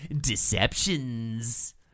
deceptions